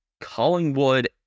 Collingwood